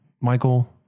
Michael